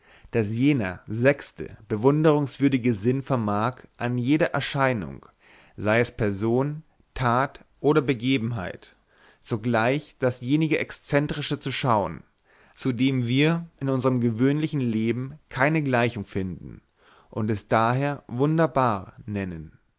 daß jener sechste bewundrungswürdige sinn vermag an jeder erscheinung sei es person tat oder begebenheit sogleich dasjenige exzentrische zu schauen zu dem wir in unserm gewöhnlichen leben keine gleichung finden und es daher wunderbar nennen